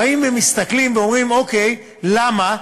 וכשבאים ומסתכלים ואומרים: אוקיי, למה?